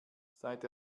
seit